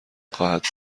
خواهد